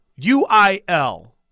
UIL